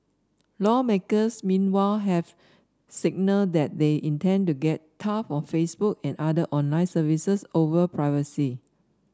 lawmakers meanwhile have signalled that they intend to get tough on Facebook and other online services over privacy